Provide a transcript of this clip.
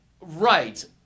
Right